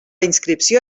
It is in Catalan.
inscripció